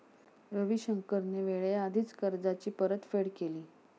रविशंकरने वेळेआधीच कर्जाची परतफेड केली